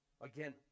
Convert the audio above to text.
Again